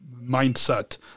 mindset